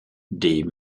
des